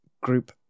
Group